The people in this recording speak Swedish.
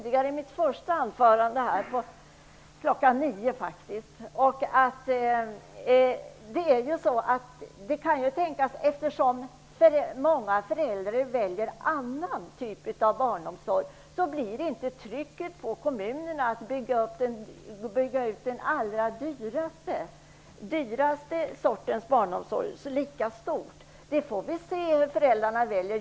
I mitt första anförande sade jag att det kan tänkas att trycket på kommunerna att bygga ut den allra dyraste sortens barnomsorg inte blir så stort, eftersom många föräldrar väljer en annan typ av barnomsorg. Vi får se hur föräldrarna väljer.